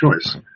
choice